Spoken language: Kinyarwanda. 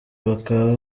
bakaba